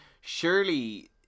surely